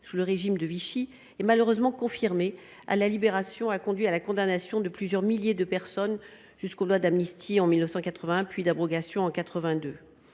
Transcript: sous le régime de Vichy et malheureusement confirmée à la Libération a conduit à la condamnation de plusieurs milliers de personnes jusqu’aux lois d’amnistie de 1981, puis de dépénalisation de 1982.